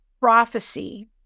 prophecy